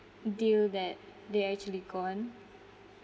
deal that they're actually gone